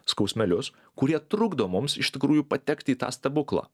skausmelius kurie trukdo mums iš tikrųjų patekti į tą stebuklą